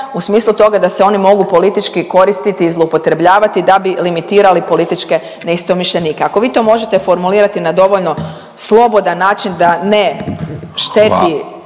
u smislu toga da se oni mogu politički koristiti i zloupotrebljavati da bi limitirali političke neistomišljenike. Ako vi to možete formulirati na dovoljno slobodan način da ne šteti